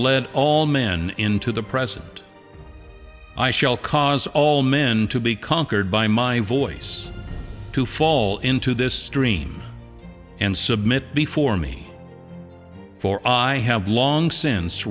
led all men into the present i shall cause all men to be conquered by my voice to fall into this stream and submit before me for i have long since